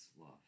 love